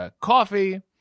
coffee